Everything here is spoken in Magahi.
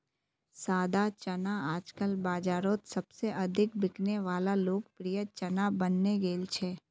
सादा चना आजकल बाजारोत सबसे अधिक बिकने वला लोकप्रिय चना बनने गेल छे